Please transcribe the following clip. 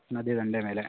ನದಿ ದಂಡೆ ಮೇಲೆ